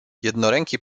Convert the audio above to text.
jednoręki